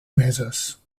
meses